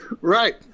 Right